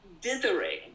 dithering